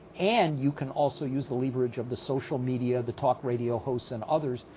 and you can also use the leverage of the social media, the talk radio hosts, and others,